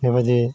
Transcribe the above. बेबायदि